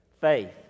Faith